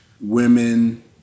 women